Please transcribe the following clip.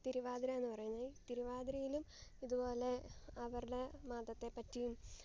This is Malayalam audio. തിരുവാതിര എന്നു പറയുന്നത് തിരുവാതിരയിലും ഇതുപോലെ അവരുടെ മതത്തെപ്പറ്റിയും